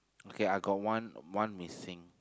okay I got one one missing